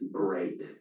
great